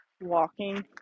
walking